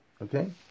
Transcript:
Okay